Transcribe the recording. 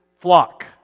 flock